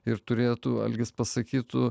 ir turėtų algis pasakytų